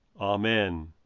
Amen